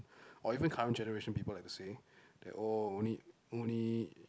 or even current generation people like to say that oh only only